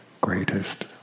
greatest